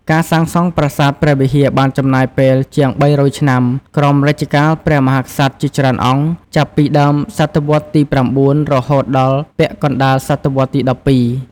ការសាងសង់ប្រាសាទព្រះវិហារបានចំណាយពេលជាង ៣០០ ឆ្នាំ ក្រោមរជ្ជកាលព្រះមហាក្សត្រជាច្រើនអង្គ ចាប់ពីដើមសតវត្សរ៍ទី ៩ រហូតដល់ពាក់កណ្ដាលសតវត្សរ៍ទី ១២។